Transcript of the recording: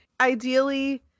Ideally